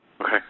Okay